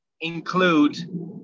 include